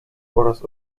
oraz